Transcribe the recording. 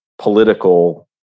political